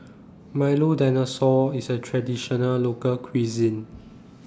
Milo Dinosaur IS A Traditional Local Cuisine